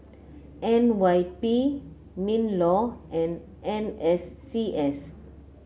N Y P Minlaw and N S C S